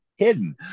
Hidden